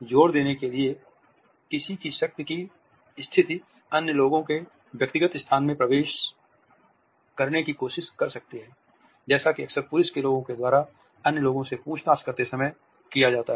जोर देने के लिए किसी की शक्ति की स्थिति अन्य लोगों के व्यक्तिगत स्थान में प्रवेश करने की कोशिश कर सकती है जैसा कि अक्सर पुलिस के लोगों द्वारा अन्य लोगों से पूछताछ करते समय किया जाता है